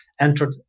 entered